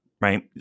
right